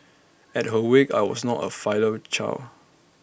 at her wake I was not A filial